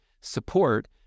support